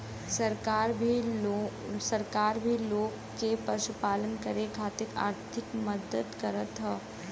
सरकार भी लोग के पशुपालन करे खातिर आर्थिक मदद करत हौ